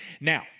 Now